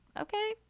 Okay